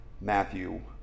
Matthew